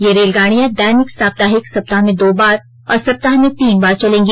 ये रेलगाड़ियां दैनिक साप्ताहिक सप्ताह में दो बार और सप्ताह में तीन बार चलेंगी